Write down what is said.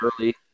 early